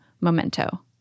memento